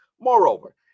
Moreover